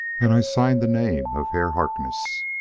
and i signed the name of herr harkness.